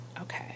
Okay